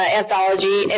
anthology